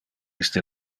iste